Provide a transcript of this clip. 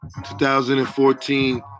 2014